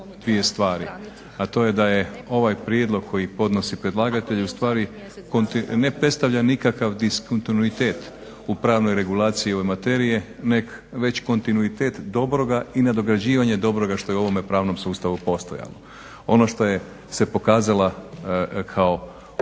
a to je da je ovaj prijedlog koji podnosi predlagatelj ustvari ne predstavlja nikakav diskontinuitet u pravnoj regulaciji ove materije, neg već kontinuitet dobroga i nadograđivanje dobroga što je ovome pravnom sustavu postojalo. Ono što je se pokazala kao